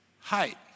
height